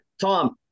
Tom